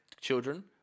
children